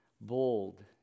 bold